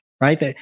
right